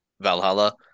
Valhalla